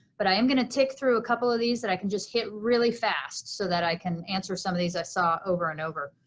but i am going to tick through a couple of these that i can just hit really fast so that i can answer some of these i saw over and over.